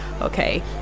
Okay